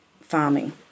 farming